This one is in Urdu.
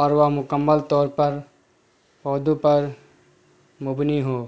اور وہ مکمل طور پر پودوں پر مبنی ہو